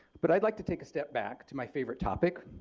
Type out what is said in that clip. but i'd like to take a step back to my favorite topic.